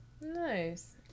Nice